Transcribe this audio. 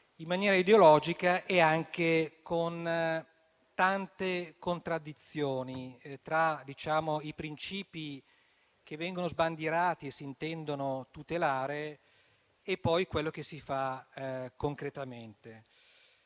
giustizia, e lo fa anche con tante contraddizioni, tra i principi che vengono sbandierati e si intendono tutelare e quello che concretamente